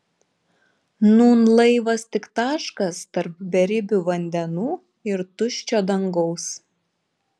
nūn laivas tik taškas tarp beribių vandenų ir tuščio dangaus